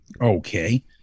Okay